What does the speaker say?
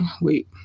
Wait